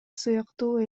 сыяктуу